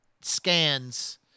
scans